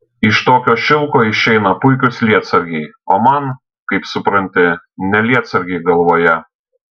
iš tokio šilko išeina puikūs lietsargiai o man kaip supranti ne lietsargiai galvoje